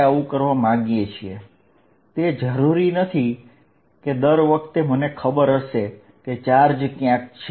અત્રે એ જરૂરી નથી કે દર વખતે મને ખબર હશે કે ચાર્જ ક્યાંક છે